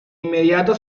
inmediato